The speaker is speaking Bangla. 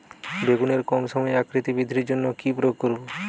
বেগুনের কম সময়ে আকৃতি বৃদ্ধির জন্য কি প্রয়োগ করব?